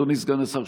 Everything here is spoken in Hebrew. אדוני סגן השר,